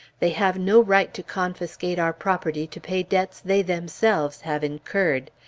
they have no right to confiscate our property to pay debts they themselves have incurred.